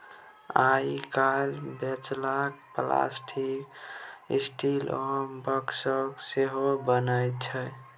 आइ काल्हि बेलचा plastic, steel आ बाँसक सेहो बनै छै